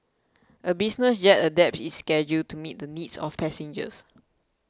a business jet adapts its schedule to meet the needs of passengers